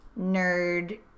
nerd